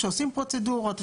שעושים פרוצדורות.